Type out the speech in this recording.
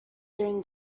during